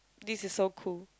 this is so cool